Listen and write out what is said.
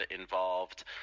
involved